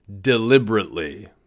deliberately